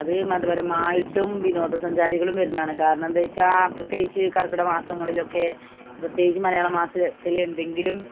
അത് മതപരമായിട്ടും വിനോദസഞ്ചാരികളും വരുന്നതാണ് കാരണമെന്താണെന്നു വെച്ചാൽ പ്രത്യേകിച്ച് കർക്കിടക മാസങ്ങളിലൊക്കെ പ്രത്യേകിച്ച് മലയാള മാസത്തിലെന്തെങ്കിലും